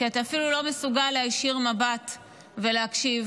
כי אתה אפילו לא מסוגל להישיר מבט ולהקשיב